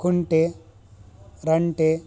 ಕುಂಟೆ ರಂಟೆ